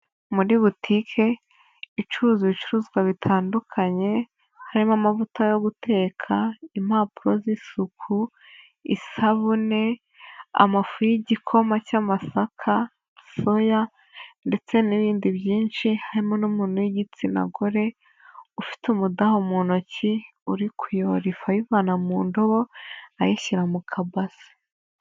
Muri butike icuruza ibicuruzwa bitandukanye harimo: amavuta yo guteka, impapuro z'isuku, isabune, amafu y'igikoma cy'amasaka, soya ndetse n'ibindi byinshi. Harimo n'umuntu w'igitsina gore, ufite umudaho mu ntoki, uri kuyora ifu ayikura mu ndobo ayishyira mu kabasi.